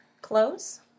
close